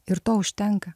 ir to užtenka